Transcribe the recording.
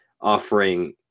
offering